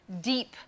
deep